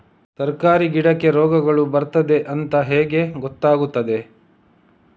ತರಕಾರಿ ಗಿಡಕ್ಕೆ ರೋಗಗಳು ಬರ್ತದೆ ಅಂತ ಹೇಗೆ ಗೊತ್ತಾಗುತ್ತದೆ?